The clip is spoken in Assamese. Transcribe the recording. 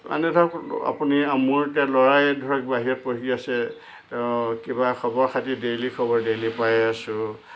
মানে ধৰক আপুনি মোৰ এতিয়া ল'ৰাই ধৰক বাহিৰত পঢ়ি আছে কিবা খবৰ খাতি ডেইলী খবৰ ডেইলী পাই আছোঁ